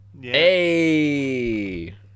Hey